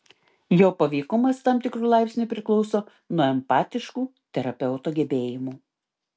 jo paveikumas tam tikru laipsniu priklauso nuo empatiškų terapeuto gebėjimų